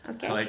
Okay